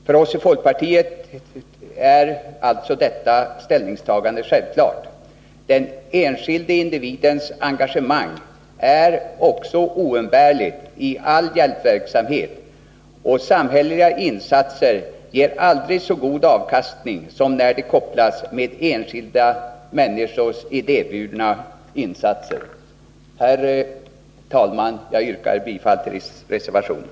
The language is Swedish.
För oss i folkpartiet är detta ställningstagande självklart. Den enskilde individens engagemang är också oumböärligt i all hjälpverksamhet, och samhälleliga insatser ger aldrig så god avkastning som när de kopplas med enskilda människors idéburna insatser. Herr talman! Jag yrkar bifall till reservationen.